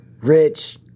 rich